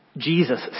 Jesus